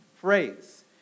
phrase